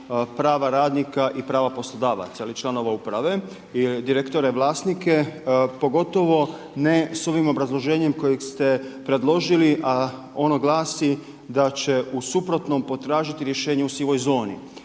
prava radnika i prava poslodavaca ili članova uprave i direktore vlasnike, pogotovo ne s ovim obrazloženjem kojeg ste predložili, a ono glasi da će u suprotnom potražiti rješenje u sivoj zoni.